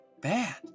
bad